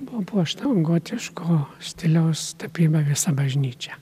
buvo puošta gotiško stiliaus tapyba visa bažnyčia